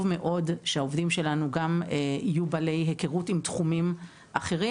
מאוד שהעובדים שלנו גם יהיו בעלי הכרות עם תחומים אחרים